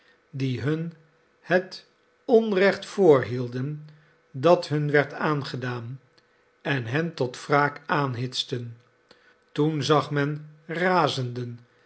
die hun het onrecht voorhielden dat hun werd aangedaan en hen tot wraak aanhitsten toen zag men razenden